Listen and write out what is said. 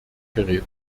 gerät